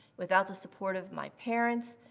without the support of my parents,